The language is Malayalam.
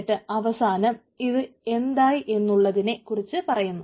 എന്നിട്ട് അവസാനം ഇത് എന്തായി എന്നുള്ളതിനെ കുറിച്ച് പറയുന്നു